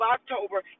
October